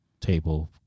table